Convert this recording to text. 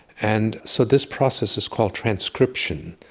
and so this process is called transcription,